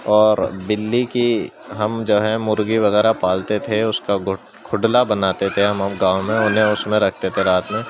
اور بلّی کی ہم جو ہیں مرغی وغیرہ پالتے تھے اس کا گڈ کھڈلا بناتے تھے ہم لوگ گاؤں میں انہیں اس میں رکھتے تھے رات میں